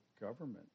government